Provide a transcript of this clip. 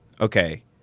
okay